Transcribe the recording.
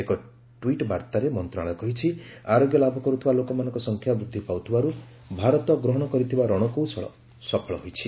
ଏକ ଟ୍ପିଟ୍ ବାର୍ତ୍ତାରେ ମନ୍ତ୍ରଣାଳୟ କହିଛି ଆରୋଗ୍ୟ ଲାଭ କରୁଥିବା ଲୋକମାନଙ୍କ ସଂଖ୍ୟା ବୃଦ୍ଧି ପାଉଥିବାରୁ ଭାରତ ଗ୍ରହଣ କରିଥିବା ରଣକୌଶଳ ସଫଳ ହୋଇଛି